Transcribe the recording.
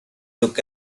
look